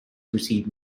received